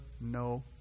no